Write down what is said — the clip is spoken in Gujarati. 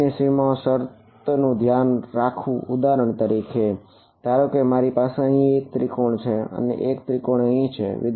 સ્પર્શક ની સીમાઓની શરતોનું ધ્યાન રાખવું ઉદાહરણ તરીકે ધારો કે મારી પાસે અહીં 1 ત્રિકોણ છે અને એક ત્રિકોણ અહીં છે